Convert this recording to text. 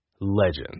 Legends